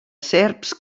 serps